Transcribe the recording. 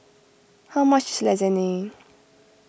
how much is Lasagne